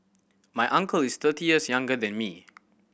my uncle is thirty years younger than me